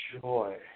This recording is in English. joy